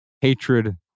Hatred